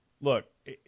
look